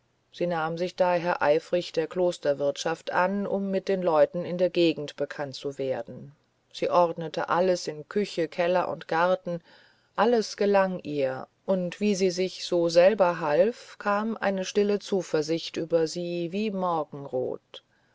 sie nahm sich daher eifrig der klosterwirtschaft an um mit den leuten in der gegend bekannt zu werden sie ordnete alles in küche keller und garten alles gelang ihr und wie sie so sich selber half kam eine stille zuversicht über sie wie morgenrot